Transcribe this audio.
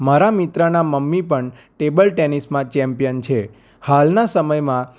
મારા મિત્રના મમ્મી પણ ટેબલ ટેનિસમાં ચેમ્પિયન છે હાલના સમયમાં